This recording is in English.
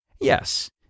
Yes